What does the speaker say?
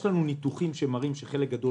יש לנו ניתוחים שמראים שחלק גדול